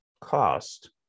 cost